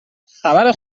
خبر